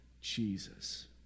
Jesus